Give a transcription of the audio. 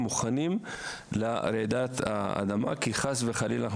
מוכנים לרעידת האדמה חס וחלילה.